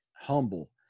Humble